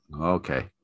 Okay